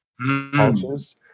cultures